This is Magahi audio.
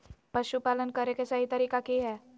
पशुपालन करें के सही तरीका की हय?